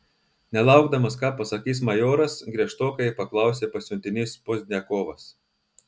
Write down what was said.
nelaukdamas ką pasakys majoras griežtokai paklausė pasiuntinys pozdniakovas